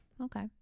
okay